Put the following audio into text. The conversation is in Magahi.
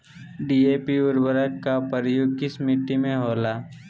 डी.ए.पी उर्वरक का प्रयोग किस मिट्टी में होला?